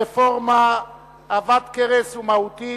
רפורמה עבת כרס ומהותית,